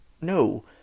no